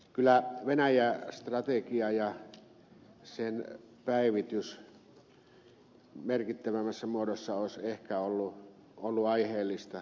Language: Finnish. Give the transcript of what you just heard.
kyllä venäjä strategia ja sen päivitys merkittävämmässä muodossa olisi ehkä ollut aiheellista